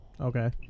Okay